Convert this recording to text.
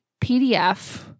PDF